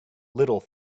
little